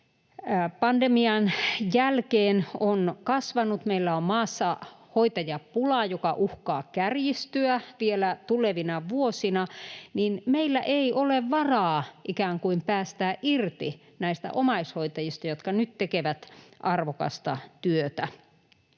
koronapandemian jälkeen on kasvanut ja meillä on maassa hoitajapula, joka uhkaa kärjistyä vielä tulevina vuosina, meillä ei ole varaa ikään kuin päästää irti näistä omaishoitajista, jotka nyt tekevät arvokasta työtä.